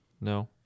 no